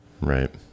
Right